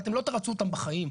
אתם לא תרצו אותם בחיים.